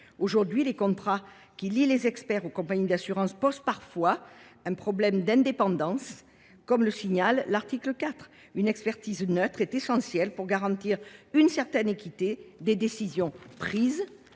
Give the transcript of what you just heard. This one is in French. d’État. Les contrats qui lient les experts aux compagnies d’assurances posent parfois un problème d’indépendance. Une expertise neutre est essentielle pour garantir une certaine équité des décisions prises